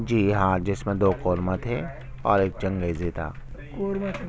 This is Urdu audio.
جی ہاں جس میں دو قورمہ تھے اور ایک چنگیزی تھا